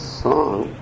song